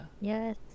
Yes